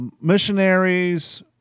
missionaries